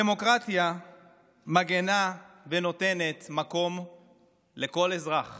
הדמוקרטיה מגינה ונותנת מקום לכל אזרח